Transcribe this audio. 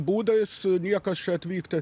būdais niekas čia atvykti